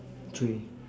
three